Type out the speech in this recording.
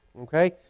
okay